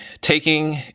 taking